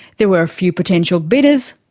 there were a few potential bidders,